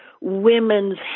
women's